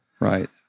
Right